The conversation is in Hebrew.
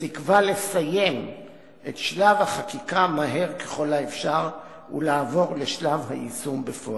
בתקווה לסיים את שלב החקיקה מהר ככל האפשר ולעבור לשלב היישום בפועל.